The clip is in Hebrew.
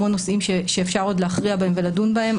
יש המון נושאים שאפשר עוד להכריע בהם ולדון בהם,